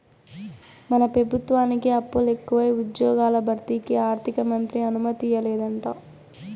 మన పెబుత్వానికి అప్పులెకువై ఉజ్జ్యోగాల భర్తీకి ఆర్థికమంత్రి అనుమతియ్యలేదంట